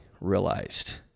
realized